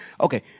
Okay